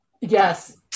Yes